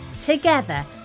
Together